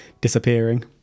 disappearing